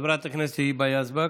חברת הכנסת היבה יזבק,